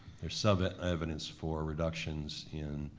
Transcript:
there's some evidence for reductions in